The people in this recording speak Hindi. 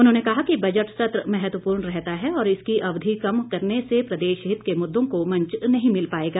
उन्होंने कहा कि बजट सत्र महत्वपूर्ण रहता है और इसकी अवधि कम करने से प्रदेश हित के मुद्दों को मंच नहीं मिल पाएगा